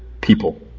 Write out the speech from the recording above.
people